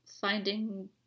finding